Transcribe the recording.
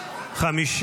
920 לא התקבלה.